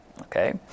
Okay